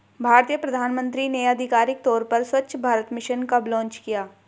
भारतीय प्रधानमंत्री ने आधिकारिक तौर पर स्वच्छ भारत मिशन कब लॉन्च किया?